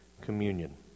Communion